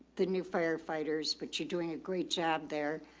the new firefighters, but you're doing a great job there.